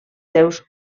seus